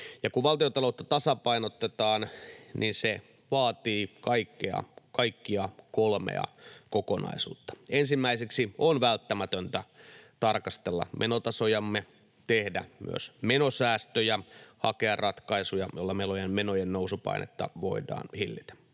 kun valtiontaloutta tasapainotetaan, niin se vaatii kaikkia kolmea kokonaisuutta. Ensimmäiseksi on välttämätöntä tarkastella menotasojamme, tehdä myös menosäästöjä, hakea ratkaisuja, joilla menojen nousupainetta voidaan hillitä.